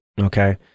Okay